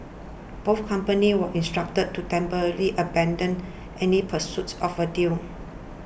both companies were instructed to temporarily abandon any pursuits of a deal